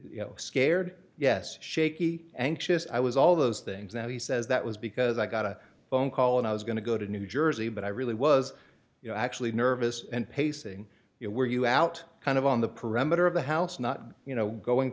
you know scared yes shaky anxious i was all those things that he says that was because i got a phone call and i was going to go to new jersey but i really was you know actually nervous and pacing you know were you out kind of on the perimeter of the house not you know going